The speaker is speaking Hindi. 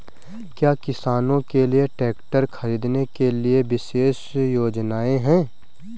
क्या किसानों के लिए ट्रैक्टर खरीदने के लिए विशेष योजनाएं हैं?